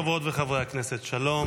חברות וחברי הכנסת שלום,